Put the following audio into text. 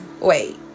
Wait